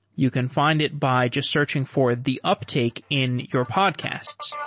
you can find it by just searching for the uptake in your podcasts.